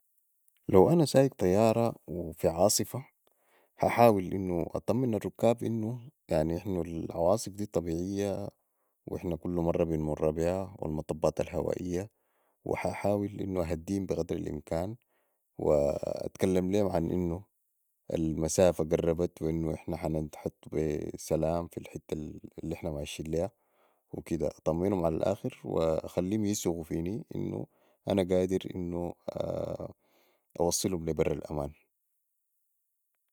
لوانا سايق طياره في عاصفة ح أحاول انواطنن الركاب انو العواصف دي طبيعيه ونحن كل مرة بنمر بيها والمطبات الهوائيه وح أحاول انو اهديهم بفدر الإمكان واتكلم عنوانو المسافة قربت وعن انو نحن بي سلام في الحته النحن ماشين ليها وكده اطمنم علي الاخر واخليهم يثقو فيني انو أنا قادرانو اوصلم لي بر الامان